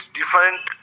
different